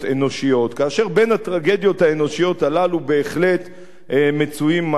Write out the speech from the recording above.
כאשר בין הטרגדיות האנושיות הללו בהחלט מצויים מעשי הטבח